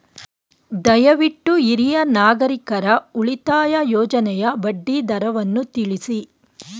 ದಯವಿಟ್ಟು ಹಿರಿಯ ನಾಗರಿಕರ ಉಳಿತಾಯ ಯೋಜನೆಯ ಬಡ್ಡಿ ದರವನ್ನು ತಿಳಿಸಿ